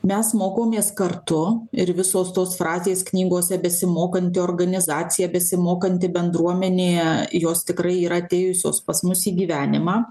mes mokomės kartu ir visos tos frazės knygose besimokanti organizacija besimokanti bendruomenė jos tikrai yra atėjusios pas mus į gyvenimą